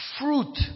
fruit